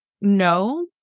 no